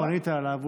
אתה פנית אליו,